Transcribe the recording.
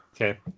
Okay